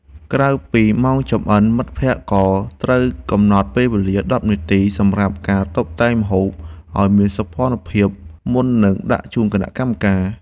ក្រៅពីម៉ោងចម្អិន មិត្តភក្តិក៏ត្រូវកំណត់ពេលវេលា ១០ នាទីសម្រាប់ការតុបតែងម្ហូប ឱ្យមានសោភ័ណភាពមុននឹងដាក់ជូនគណៈកម្មការ។